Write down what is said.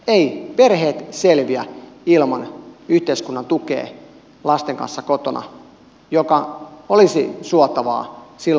eivät perheet selviä ilman yhteiskunnan tukea lasten kanssa kotona mikä olisi suotavaa silloin kun lapset ovat pieniä